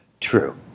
True